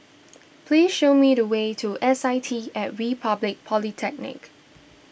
please show me the way to S I T at Republic Polytechnic